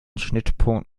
schnittpunkt